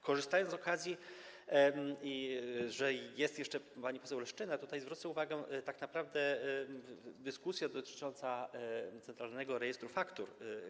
Korzystając z okazji, że jest jeszcze pani poseł Leszczyna, zwrócę uwagę, że tak naprawdę dyskusja dotycząca centralnego rejestru faktur.